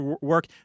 work